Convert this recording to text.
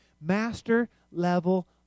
Master-level